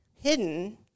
hidden